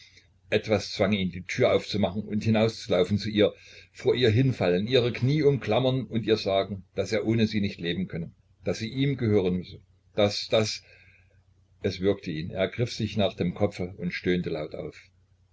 etwas zwang ihn die tür aufzumachen und hinauszulaufen zu ihr vor ihr hinfallen ihre knie umklammern und ihr sagen daß er ohne sie nicht leben könne daß sie ihm gehören müsse daß daß es würgte ihn er griff sich nach dem kopfe und stöhnte laut auf